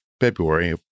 February